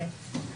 בשום פנים ואופן.